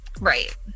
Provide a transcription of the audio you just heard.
right